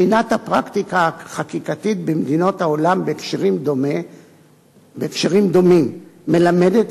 בחינת הפרקטיקה החקיקתית במדינות העולם בהקשרים דומים מלמדת